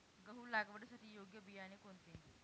गहू लागवडीसाठी योग्य बियाणे कोणते?